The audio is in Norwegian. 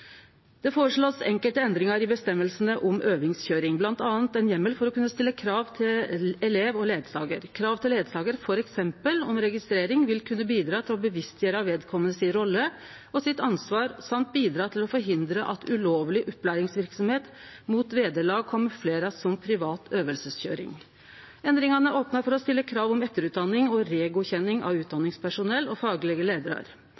Det blir føreslått enkelte endringar i føresegnene om øvingskøyring, bl.a. ein heimel for å kunne stille krav til elevar og rettleiarar. Krav til rettleiarar om f.eks. registrering vil kunne bidra til ei bevisstgjering om kva rolle og ansvar vedkomande har, og til å forhindre at ulovleg opplæringsverksemd mot vederlag blir kamuflert som privat øvingskøyring. Endringane opnar for å stille krav om etterutdanning og regodkjenning av